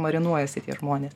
marinuojasi tie žmonės